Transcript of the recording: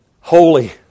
holy